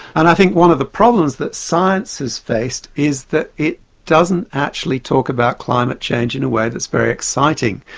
and i think one of the problems that science has faced is that it doesn't actually talk about climate change in a way that's very exciting.